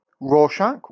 Rorschach